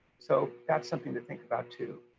so that's something to think about too.